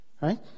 Right